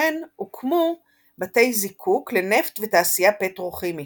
כן הוקמו בתי-זקוק לנפט ותעשייה פטרו-כימית.